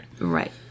Right